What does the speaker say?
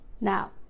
now